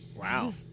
Wow